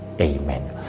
Amen